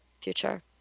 future